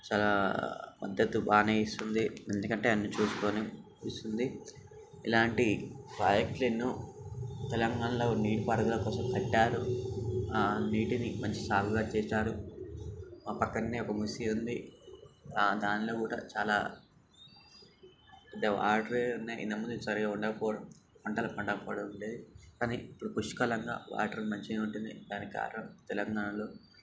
చాలా మద్దతు బాగానే ఇస్తుంది ఎందుకంటే అన్ని చూసుకొని ఇస్తుంది ఇలాంటి ప్రాజెక్టులు ఎన్నో తెలంగాణలో నీటిపారుదల కోసం కట్టారు నీటిని మంచి సాగుగా చేసారు మా ప్రక్కనే ఒక మూసి ఉంది దా దానిలో కూడా చాలా వాటర్ అయితే ఇంతకు ముందు సరిగ్గా ఉండకపోవడం పంటలు పండకపోవడం ఉండేది కానీ ఇప్పుడు పుష్కలంగా వాటర్ మంచిగా ఉంటుంది దానికి కారణం తెలంగాణలో